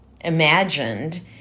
imagined